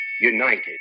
United